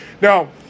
Now